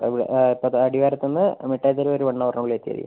അവിടെ ആ ഇപ്പം അത് അടിവാരത്തിന്ന് മിട്ടായി തെരുവ് വരെ വൺ ഹവറിന് ഉള്ളില് എത്തി ഇരിക്കും